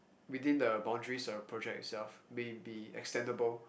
between the boundaries of the project itself may be extendable